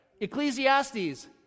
Ecclesiastes